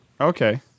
Okay